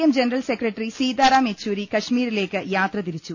M general secretary Sitaram Yechury കാശ്മീരി ലേക്ക് യാത്രതിരിച്ചു